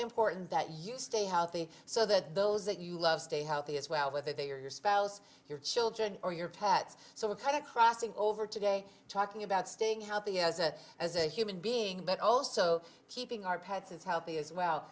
important that you stay healthy so that those that you love stay healthy as well whether they are your spouse your children or your pets so it's kind of crossing over today talking about staying healthy as it as a human being but also keeping our pets as healthy as well